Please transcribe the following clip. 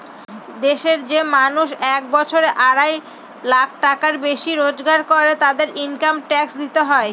দেশের যে মানুষ এক বছরে আড়াই লাখ টাকার বেশি রোজগার করে, তাদেরকে ইনকাম ট্যাক্স দিতে হয়